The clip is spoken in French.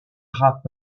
rap